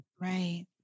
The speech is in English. right